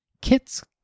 Kits